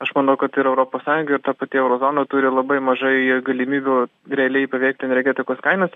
aš manau kad ir europos sąjunga ta pati euro zona turi labai mažai galimybių realiai paveikti energetikos kainas